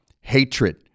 hatred